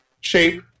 shape